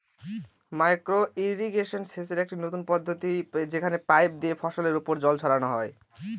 micro irrigation সেচের একটি নতুন পদ্ধতি যেখানে পাইপ দিয়ে ফসলের ওপর জল ছড়ানো হয়